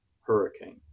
hurricane